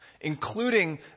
Including